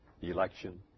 election